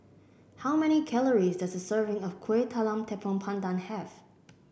how many calories does a serving of Kueh Talam Tepong Pandan have